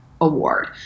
award